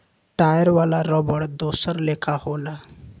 tyre वाला रबड़ दोसर लेखा होला